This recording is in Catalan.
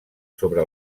sobre